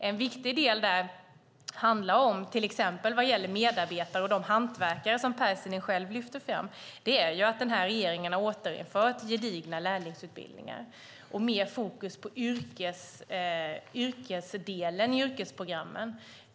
En viktig del där, till exempel vad gäller medarbetare och de hantverkare Pärssinen själv lyfter fram, handlar om att denna regering har återinfört gedigna lärlingsutbildningar med mer fokus på yrkesdelen i yrkesprogrammen.